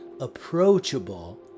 approachable